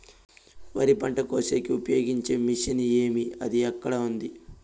వరి పంట కోసేకి ఉపయోగించే మిషన్ ఏమి అది ఎక్కడ ఉంది?